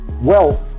Wealth